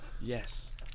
yes